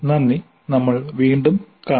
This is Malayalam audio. നന്ദി നമ്മൾ വീണ്ടും കാണും